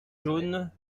jaunes